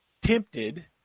tempted –